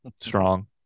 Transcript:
strong